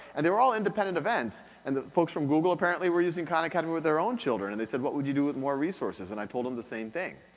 and they were all independent events. and the folks from google apparently were using khan academy with their own children, and they said what would you do with more resources? and i told them the same thing.